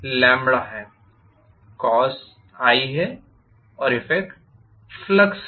cos i है और effect flux है